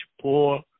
poor